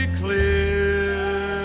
clear